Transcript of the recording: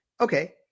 Okay